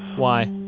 why?